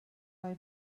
roi